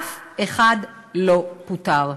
אף אחד לא פוטר.